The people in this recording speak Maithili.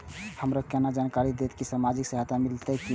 हमरा केना जानकारी देते की सामाजिक सहायता मिलते की ने?